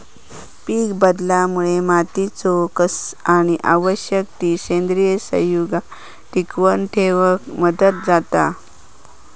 पीकबदलामुळे मातीचो कस आणि आवश्यक ती सेंद्रिय संयुगा टिकवन ठेवक मदत जाता